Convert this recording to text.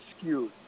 skewed